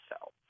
cells